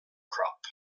crop